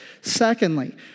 Secondly